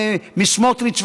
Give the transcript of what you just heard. סמוטריץ,